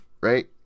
right